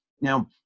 Now